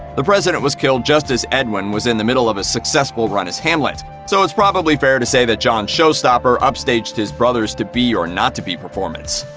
the president was killed just as edwin was in the middle of a successful run as hamlet, so it's probably fair to stay that john's showstopper upstaged his brother's to be, or not to be performance.